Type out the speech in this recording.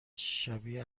شبیه